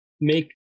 make